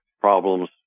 problems